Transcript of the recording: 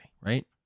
Right